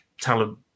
talent